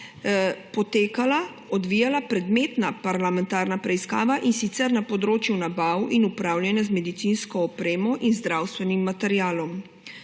komisije odvijala predmetna parlamentarna preiskava, in sicer na področju nabav in upravljanja z medicinsko opremo in zdravstvenim materialom.